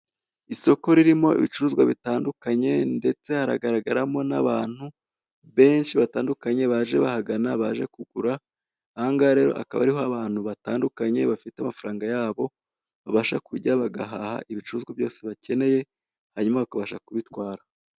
Isoko ririmo ibicuruzwa bitandukanye ndetse haragaragaramo n'abantu benshi batandukanye baje bahagana baje kugura, ahangaha rero akaba ariho abantu batandukanye bafite amafaranga yabo babasha kujya bagahaha ibicuruzwa byose bakeneye hanyuma bakabasha kubitwara.